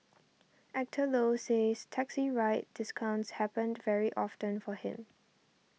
Actor Low says taxi ride discounts happen to very often for him